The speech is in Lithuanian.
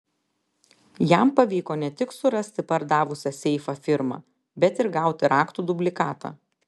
jam pavyko ne tik surasti pardavusią seifą firmą bet ir gauti raktų dublikatą